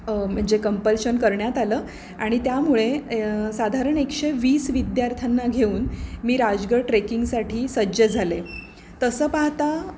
म्हणजे कम्पल्शन करण्यात आलं आणि त्यामुळे साधारण एकशे वीस विद्यार्थ्यांना घेऊन मी राजगड ट्रेकिंगसाठी सज्ज झाले तसं पाहता